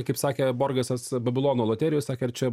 kaip sakė borgesas babilono loterijoj sakė ar čia